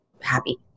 happy